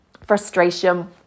frustration